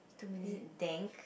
is it dank